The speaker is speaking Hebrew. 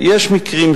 זמנים.